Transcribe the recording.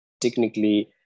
technically